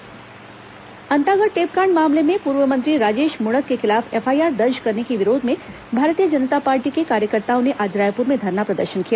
भाजपा प्रदर्शन अंतागढ़ टेपकांड मामले में पूर्व मंत्री राजेश मूणत के खिलाफ एफआईआर दर्ज करने के विरोध में भारतीय जनता पार्टी के कार्यकर्ताओं ने आज रायपुर में धरना प्रदर्शन किया